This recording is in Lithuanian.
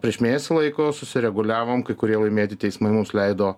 prieš mėnesį laiko susireguliavom kai kurie laimėti teismai mums leido